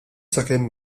sakemm